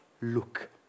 look